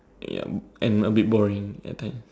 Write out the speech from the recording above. ya and a bit boring at times